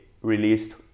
released